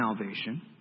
salvation